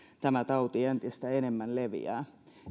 tämä tauti entistä enemmän leviää